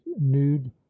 nude